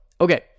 okay